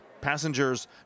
passengers